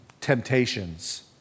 temptations